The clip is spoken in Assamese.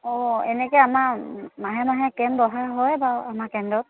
অঁ এনেকৈ আমাৰ মাহে মাহে কেম্প বহায় হয় বাৰু আমাৰ কেন্দ্ৰত